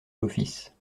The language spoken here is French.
l’office